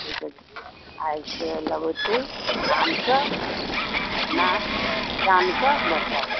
आगि सेवऽ लऽ बैठू आरामसँ अपना जानक बचाउ